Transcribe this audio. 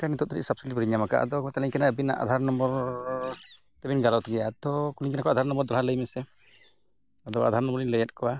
ᱢᱮᱱᱠᱷᱟᱱ ᱱᱤᱛᱚᱜ ᱫᱷᱟᱹᱨᱤᱡ ᱥᱟᱵ ᱥᱤᱰᱤ ᱵᱟᱹᱞᱤᱧ ᱧᱟᱢ ᱟᱠᱟᱫᱼᱟ ᱟᱫᱚ ᱠᱚ ᱢᱮᱛᱟᱞᱤᱧ ᱠᱟᱱᱟ ᱟᱹᱵᱤᱱᱟᱜ ᱟᱫᱷᱟᱨ ᱱᱚᱢᱵᱚᱨ ᱛᱟᱹᱵᱤᱱ ᱜᱟᱞᱟᱛ ᱜᱮᱭᱟ ᱛᱚ ᱠᱩᱞᱤᱧ ᱠᱟᱱᱟ ᱠᱚ ᱟᱫᱷᱟᱨ ᱱᱚᱢᱵᱚᱨ ᱫᱚᱦᱲᱟ ᱞᱟᱹᱭ ᱢᱮᱥᱮᱜ ᱟᱫᱚ ᱟᱫᱷᱟᱨ ᱱᱚᱢᱵᱚᱨ ᱤᱧ ᱞᱟᱹᱭ ᱟᱫ ᱠᱚᱣᱟ